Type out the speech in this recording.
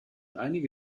einige